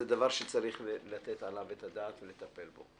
זה דבר שצריך לתת עליו את הדעת ולטפל בו.